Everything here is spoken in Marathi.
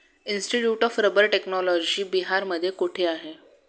इन्स्टिट्यूट ऑफ रबर टेक्नॉलॉजी बिहारमध्ये कोठे आहे?